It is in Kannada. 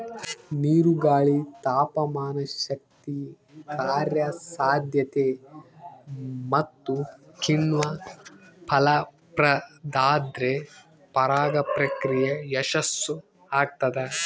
ನೀರು ಗಾಳಿ ತಾಪಮಾನಶಕ್ತಿ ಕಾರ್ಯಸಾಧ್ಯತೆ ಮತ್ತುಕಿಣ್ವ ಫಲಪ್ರದಾದ್ರೆ ಪರಾಗ ಪ್ರಕ್ರಿಯೆ ಯಶಸ್ಸುಆಗ್ತದ